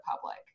public